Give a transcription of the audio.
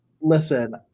listen